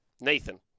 Nathan